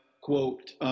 quote